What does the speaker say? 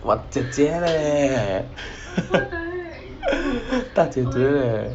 !wah! 姐姐 leh 大姐姐 leh